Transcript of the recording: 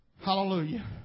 Hallelujah